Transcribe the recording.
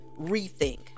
rethink